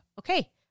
okay